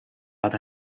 but